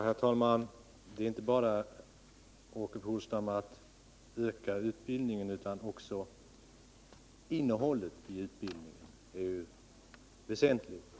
Herr talman! Det är inte bara en fråga om att öka utbildningen, herr Polstam, utan det är också väsentligt att man kan öka kvaliteten i utbildningen!